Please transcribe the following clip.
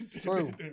True